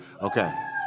Okay